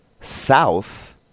south